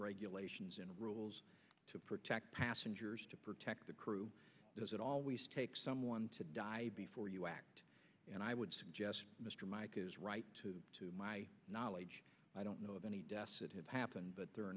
regulations and rules to protect passengers to protect the crew does it always take someone to die before you act and i would suggest mr mike is right to my knowledge i don't know of any deaths that have happened but there a